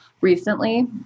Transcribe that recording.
Recently